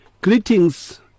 greetings